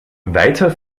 weiter